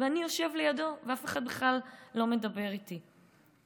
ואני יושב לידו ואף אחד לא מדבר איתי בכלל.